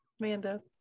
Amanda